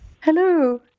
Hello